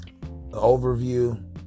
Overview